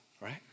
right